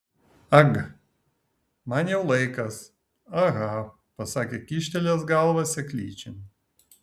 ag man jau laikas aha pasakė kyštelėjęs galvą seklyčion